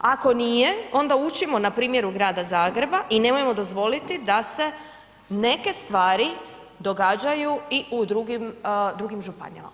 Ako nije onda učimo na primjeru Grada Zagreba i nemojmo dozvoliti da se neke stvari događaju i u drugim županijama.